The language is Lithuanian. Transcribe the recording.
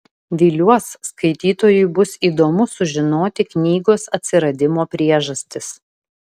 viliuos skaitytojui bus įdomu sužinoti knygos atsiradimo priežastis